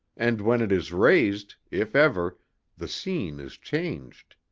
and when it is raised if ever the scene is changed.